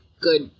good